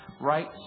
right